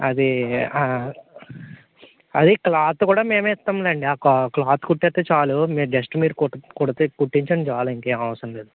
అదీ అదీ క్లాత్ కూడా మేమే ఇస్తాంలేండి ఆ క క్లాత్ కుట్టేస్తే చాలు మీరు జస్ట్ మీరు కుటి కుడితే కుట్టించండి చాలు ఇంకేం అవసరం లేదు